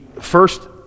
first